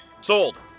Sold